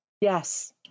Yes